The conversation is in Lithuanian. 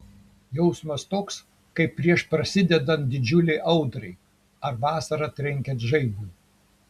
jausmas toks kaip prieš prasidedant didžiulei audrai ar vasarą trenkiant žaibui